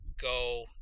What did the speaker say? go